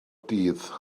dydd